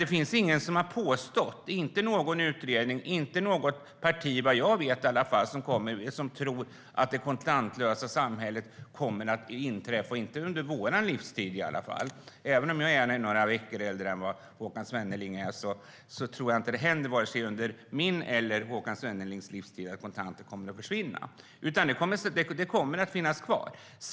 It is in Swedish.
Det finns ingen som har påstått - inte någon utredning och inte något parti, vad jag vet - och som tror att det kontantlösa samhället kommer att bli verklighet. Det kommer i varje fall inte att inträffa under vår livstid. Även om jag är några veckor äldre än Håkan Svenneling tror jag inte att det händer vare sig under min eller hans livstid att kontanter kommer att försvinna. De kommer att finnas kvar.